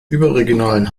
überregionalen